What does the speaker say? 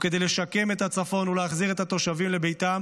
כדי לשקם את הצפון ולהחזיר את התושבים לביתם